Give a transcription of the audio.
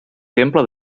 temple